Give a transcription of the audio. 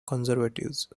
conservatives